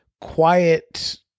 quiet